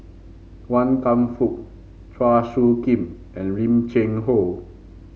Wan Kam Fook Chua Soo Khim and Lim Cheng Hoe